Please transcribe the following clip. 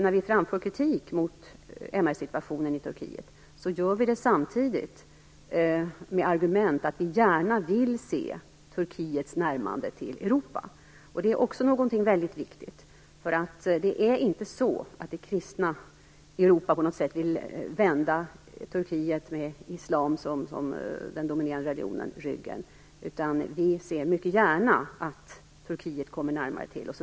När vi framför kritik mot MR-situationen i Turkiet gör vi det samtidigt med argumentet att vi gärna vill se Turkiets närmande till Europa. Detta är också någonting väldigt viktigt. Det är nämligen inte så att vi i det kristna Europa på något sätt vill vända Turkiet - med islam som den dominerande religionen - ryggen. Tvärtom ser vi mycket gärna att Turkiet kommer närmare Europa.